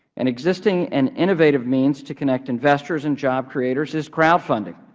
an existing and innovative means to connect investors and job creators is crowdfunding.